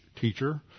teacher